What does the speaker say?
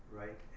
right